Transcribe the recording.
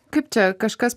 kaip čia kažkas